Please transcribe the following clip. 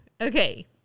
Okay